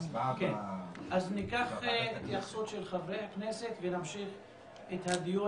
אז נשמע התייחסות של חברי הכנסת ונמשיך את הדיון